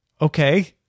Okay